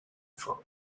for